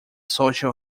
social